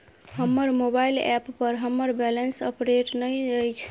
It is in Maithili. हमर मोबाइल ऐप पर हमर बैलेंस अपडेट नहि अछि